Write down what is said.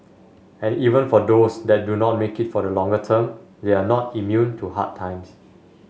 and even for those that do not make it for the longer term they are not immune to hard times